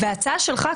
וההצעה שלך,